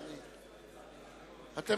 נתקבלה.